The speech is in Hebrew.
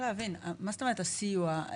מה זאת אומרת הסיוע?